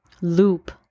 loop